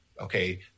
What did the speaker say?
okay